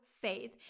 faith